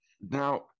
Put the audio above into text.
Now